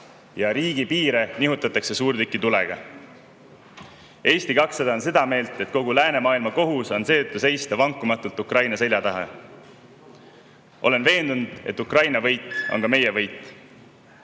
riigipiire nihutatakse suurtükitulega. Eesti 200 on seda meelt, et kogu läänemaailma kohus on seista vankumatult Ukraina selja taha. Olen veendunud, et Ukraina võit on ka meie võit.